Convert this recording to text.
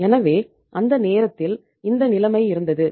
எனவே அந்த நேரத்தில் இந்த நிலைமை இருந்தது